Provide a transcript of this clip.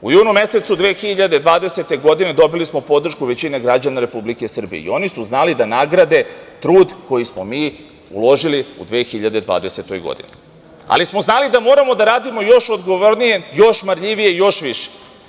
U junu mesecu 2020. godine dobili smo podršku većine građana Republike Srbije i oni su znali da nagrade trud koji smo mi uložili u 2020. godini, ali smo znali da moramo da radimo još odgovornije, još marljivije i još više.